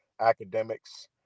academics